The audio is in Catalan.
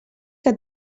que